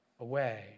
away